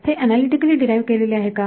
हे analytically derive केलेले आहे का